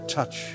Touch